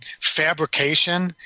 Fabrication